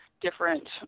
different